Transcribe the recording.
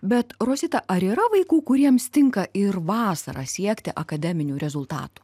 bet rosita ar yra vaikų kuriems tinka ir vasarą siekti akademinių rezultatų